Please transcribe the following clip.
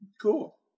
Cool